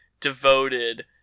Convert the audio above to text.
devoted